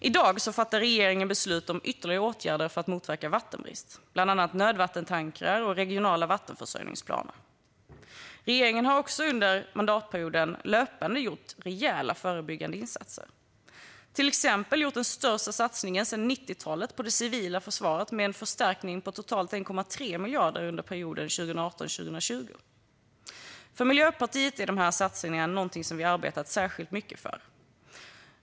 I dag fattar regeringen beslut om ytterligare åtgärder för att motverka vattenbrist, bland annat nödvattentankar och regionala vattenförsörjningsplaner. Regeringen har också under mandatperioden löpande gjort rejäla förebyggande insatser. Till exempel har man gjort den största satsningen sedan 90-talet på det civila försvaret, med en förstärkning på totalt 1,3 miljarder under perioden 2018-2020. För Miljöpartiet är dessa satsningar något som vi har jobbat särskilt mycket för.